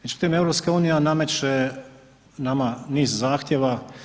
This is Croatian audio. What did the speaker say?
Međutim, EU nameće nama niz zahtjeva.